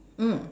mm